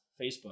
Facebook